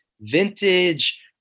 vintage